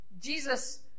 Jesus